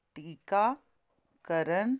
ਟੀਕਾ ਕਰਨ